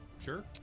sure